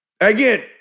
Again